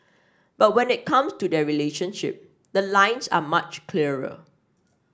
but when it comes to their relationship the lines are much clearer